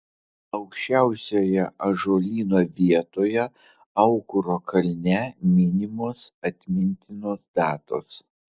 aukščiausioje ąžuolyno vietoje aukuro kalne minimos atmintinos datos